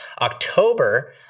October